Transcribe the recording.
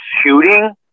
shooting